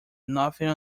nothing